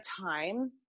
time